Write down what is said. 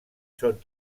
són